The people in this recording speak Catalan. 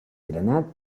granat